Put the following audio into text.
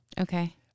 Okay